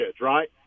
right